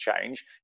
change